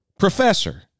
professor